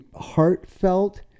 heartfelt